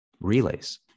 relays